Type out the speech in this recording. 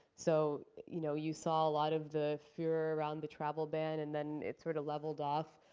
so you know you saw a lot of the fear around the travel ban and then it sort of leveled off.